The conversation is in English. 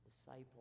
disciple